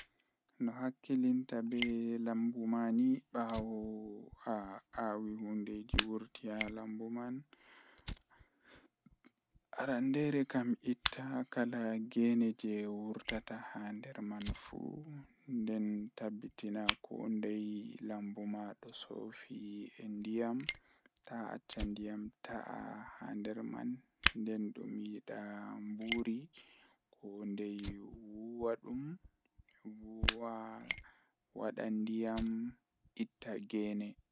Mi wawan jangugo deftere gotel haa nyalande, Haa rayuwa am bo mi jangi derfte guda sappo e joye.